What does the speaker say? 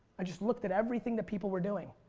i just looked at everything that people were doing.